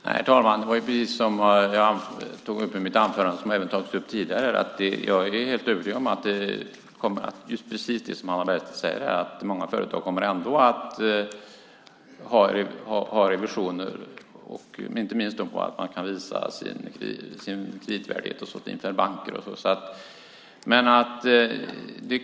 Herr talman! Jag tog upp i mitt anförande, och det har tagits upp tidigare, att jag är helt övertygad om att många företag, precis som Hannah Bergstedt säger, ändå kommer att låta utföra revisioner, inte minst för att de kan visa sin kreditvärdighet inför banker och så vidare.